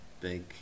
big